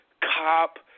cop